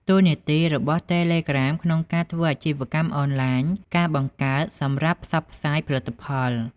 តួនាទីរបស់តេឡេក្រាមក្នុងការធ្វើអាជីវកម្មអនឡាញ ការបង្កើត សម្រាប់ផ្សព្វផ្សាយផលិតផល